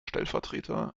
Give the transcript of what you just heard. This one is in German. stellvertreter